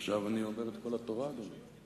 עכשיו אני אומר את כל התורה, אדוני.